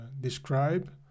describe